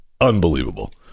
unbelievable